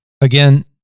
Again